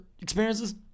experiences